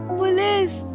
police